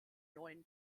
neuen